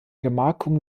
gemarkung